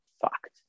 fucked